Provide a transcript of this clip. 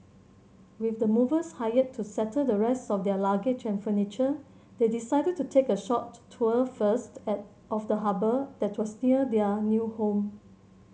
with the movers hired to settle the rest of their luggage and furniture they decided to take a short tour first and of the harbour that was near their new home